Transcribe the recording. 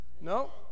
No